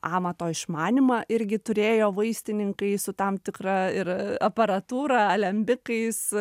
amato išmanymą irgi turėjo vaistininkai su tam tikra ir aparatūra alembikais